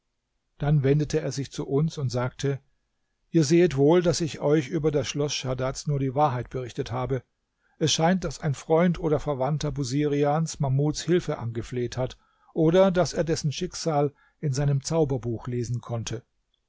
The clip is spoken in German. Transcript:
dann wendete er sich zu uns und sagte ihr sehet wohl daß ich euch über das schloß schadads nur die wahrheit berichtet habe es scheint daß ein freund oder verwandter busirians mahmuds hilfe angefleht hat oder daß er dessen schicksal in seinem zauberbuch lesen konnte